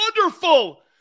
Wonderful